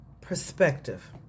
Perspective